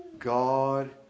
God